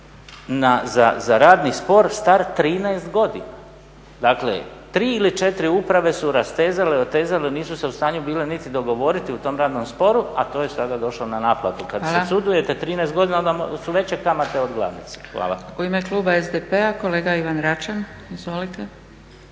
za radni spor star 13 godina. Dakle, tri ili četiri uprave su rastezale, otezale i nisu se u stanju bile niti dogovoriti u tom radnom sporu, a to je sada došlo na naplatu. Kad se sudujete 13 godina onda su veće kamate od glavnice. Hvala. **Zgrebec, Dragica (SDP)** Hvala